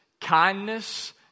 kindness